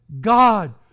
God